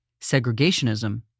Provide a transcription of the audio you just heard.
segregationism